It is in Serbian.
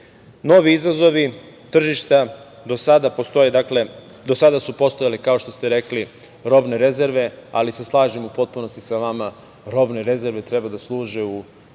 Novi izazovi tržišta do sada su postojali. Kao što ste rekli, robne rezerve, ali se slažem u potpunosti sa vama da robne rezerve treba da služe u